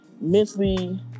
mentally